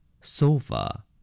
Sofa